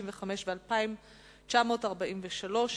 כ/265 ו-פ/2943/17.